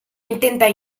intenta